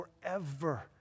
forever